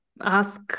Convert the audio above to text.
ask